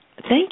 Thank